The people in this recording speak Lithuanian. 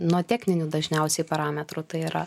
nuo tekninių dažniausiai parametrų tai yra